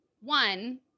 One